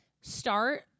start